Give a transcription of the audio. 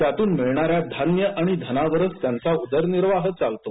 त्यातून मिळणाऱ्या धान्य आणि धनावरच त्यांचा उदरनिर्वाह चालतो